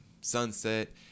Sunset